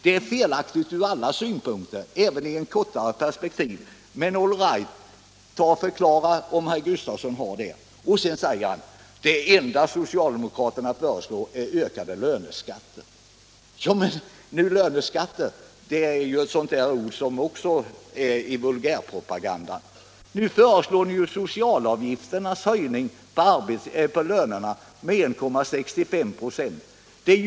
Det är felaktigt ur alla synpunkter, även i ett kortare perspektiv. Jag hoppas att herr Gustafsson vill förklara vad han menar på den punkten. Herr Gustafsson säger dessutom att det enda socialdemokraterna föreslår är ökade löneskatter. Löneskatter är ju ett ord som tillhör vulgärpropagandan. Ni föreslår ju själva nu en höjning av socialavgifterna med 1,65 926 av lönesumman.